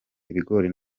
ibigori